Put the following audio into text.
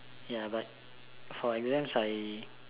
ya but for exams I